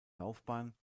laufbahn